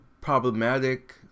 Problematic